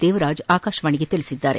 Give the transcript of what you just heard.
ದೇವರಾಜ್ ಆಕಾಶವಾಣಿಗೆ ತಿಳಿಸಿದ್ದಾರೆ